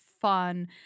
fun